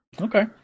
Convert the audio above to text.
Okay